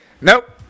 Nope